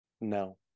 no